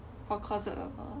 for closer lover